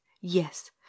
yes